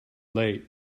late